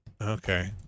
Okay